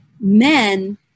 men